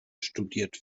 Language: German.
studiert